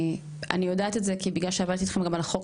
אני יודעת את זה כי בגלל שעברתי איתכם גם על החוק,